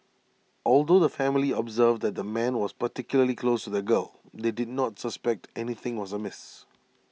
although the family observed that the man was particularly close to the girl they did not suspect anything was amiss